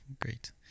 great